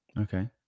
Okay